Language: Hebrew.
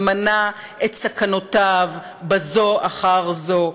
ומנה את סכנותיו בזו אחר זו,